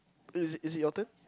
is is your turn